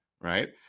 right